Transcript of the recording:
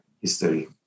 history